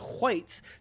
whites